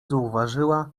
zauważyła